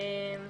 אין ספק.